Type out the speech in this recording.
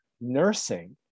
nursing